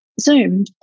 Zoom